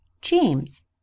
James